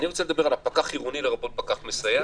אני רוצה לדבר על פקח עירוני, לרבות פקח מסייע.